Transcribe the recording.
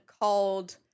called